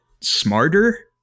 smarter